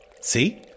See